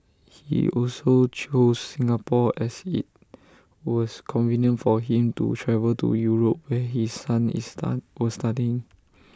he also chose Singapore as IT was convenient for him to travel to Europe where his son is study was studying